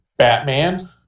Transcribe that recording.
Batman